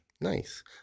nice